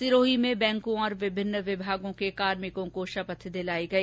सिरोही में बैंकों और विभिन्न विमागों के कार्मिकों को शपथ दिलाई गई